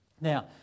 Now